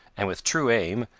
and with true aim,